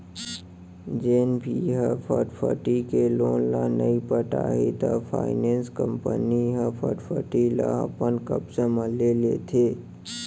जेन भी ह फटफटी के लोन ल नइ पटाही त फायनेंस कंपनी ह फटफटी ल अपन कब्जा म ले लेथे